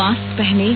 mask पहनें